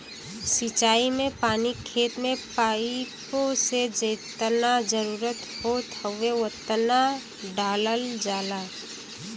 सिंचाई में पानी खेत में पाइप से जेतना जरुरत होत हउवे ओतना डालल जाला